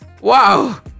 wow